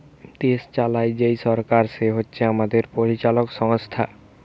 দেশ চালায় যেই সরকার সে হচ্ছে আমাদের পরিচালক সংস্থা